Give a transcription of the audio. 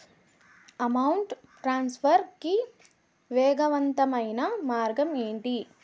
amount transfer కి వేగవంతమైన మార్గం ఏంటి